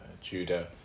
Judah